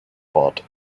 fought